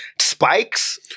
Spikes